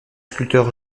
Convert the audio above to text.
sculpteur